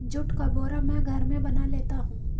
जुट का बोरा मैं घर में बना लेता हूं